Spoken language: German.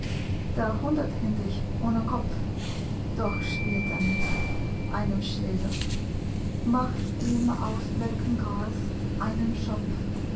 der hunderthändig ohne kopf doch spielt er mit einem schädel macht ihm aus welkem gras einen schopf